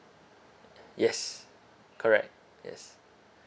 yes correct yes